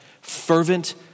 Fervent